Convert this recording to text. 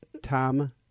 Tom